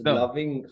loving